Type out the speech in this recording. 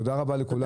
תודה רבה לכולם.